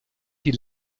die